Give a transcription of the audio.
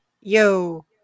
yo